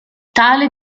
tale